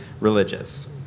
religious